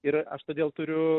ir aš todėl turiu